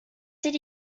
did